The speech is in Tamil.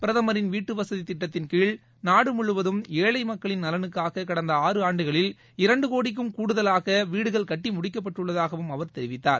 பிரதமரின் வீட்டுவசதி திட்டத்தின் கீழ் நாடு முழுவதும் ஏழழ மக்களின் நலனுக்காக கடந்த ஆறு ஆண்டுகளில் இரண்டு கோடிக்கும் கூடுதலாக வீடுகள் கட்டி முடிக்கப்பட்டுள்ளதாகவும் அவர் தெரிவித்தார்